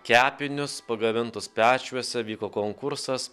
kepinius pagamintus pečiuose vyko konkursas